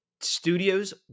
studios